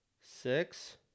six